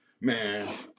Man